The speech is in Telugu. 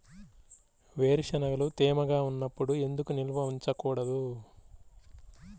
వేరుశనగలు తేమగా ఉన్నప్పుడు ఎందుకు నిల్వ ఉంచకూడదు?